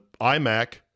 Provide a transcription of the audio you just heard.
iMac